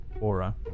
aura